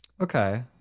Okay